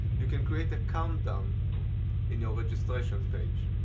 you can create a countdown in your registration page.